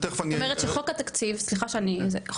זאת אומרת שחוק התקציב הקרוב,